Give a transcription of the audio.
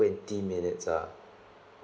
twenty minutes ah